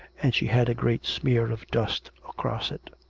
and she had a great smear of dust across it.